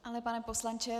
Ano, pane poslanče.